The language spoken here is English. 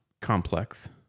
Complex